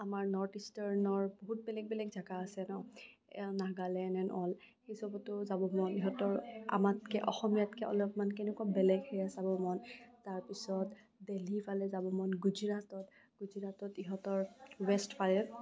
আমাৰ নৰ্থ ইষ্টাৰ্ণৰ বহুত বেলগ বেলেগ জেগা আছে ন নাগালেণ্ড এণ্ড অল সেই চবতো যাব মন সিহঁতৰ আমাতকে অসমীয়াতকে অলপমান কেনেকুৱা বেলেগ সেইয়া চাব মন তাৰ পিছত দিল্লীৰ ফালে যব মন গুজৰাটত গুজৰাটত ইহঁতৰ ৱেষ্ট ফালে